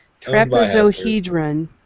Trapezohedron